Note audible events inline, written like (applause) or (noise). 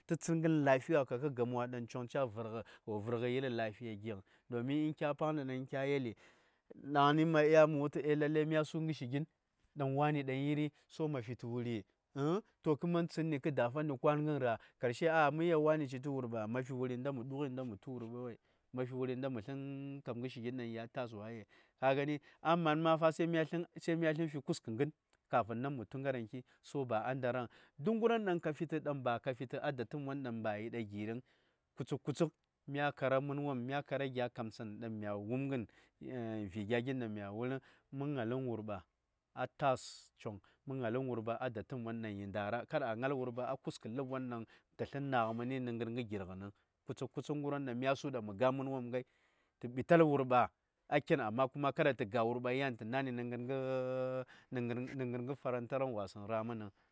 Tə tsəngən lafiya kaptə gama ma dang chong ca vərgə wo vərgə iri lafiya ging domin kya pangni dang kya yeli dangni ma ya:n ma wultu e lalle masu ngərshi gin dang wa:ni ɗaŋ yi:ri to ma fi tə wuri əng to kə man tsədni kə dafa nə kwa:ngən ra:, karshe, a'a, mə yel wa:ni ci tə wurɓ, ma fi wuri nda mə tu wurɓa-ma fi wuri nda mə slən kap gərshi gin ɗaŋ yi:gha ta:s wa:ye? Ka yeli, amma fa sai mya ci kuskə gən kafin naŋ mə tu ngaraŋki, so ba a ndaraŋ. Duk gərwon ɗaŋ ka fi de ɗaŋ ba fi tə a datəm won ɗaŋ ba yi ɗa gi:riŋ, kutsuk-kutsuk, mya kara mən wopm, mya kara gya kamtsan, in mya wumgən, vi: gya gin ɗaŋ mya wullən, mə̀ ŋalən wurɓa a ta:s coŋ; mə̀ ŋalən wurɓa a datəm won ɗaŋ yi nda:ra. Kar a ŋal wurɓa a kuskə ləbwon ɗaŋ wo slən ɲgh məni nə gəngə girghən nəŋ. Kutsuk-kutsuk ngərwon ɗaŋ mya su: mə ga: mənwopm ngai, tə ɓital wurɓa a ken, amma kuma kada tə ga: wurɓa yan tə na̱ nə gəngə (hesitation) nə gəngə farantaghən wa:səŋ ra: mən vəŋ.